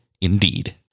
Indeed